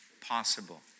possible